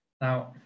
Now